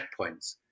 checkpoints